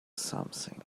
something